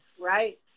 right